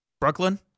Brooklyn